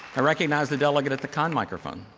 i recognize the delegate at the con microphone.